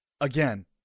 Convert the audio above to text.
Again